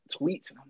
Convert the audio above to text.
tweets